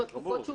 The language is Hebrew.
עם התקופות שהוא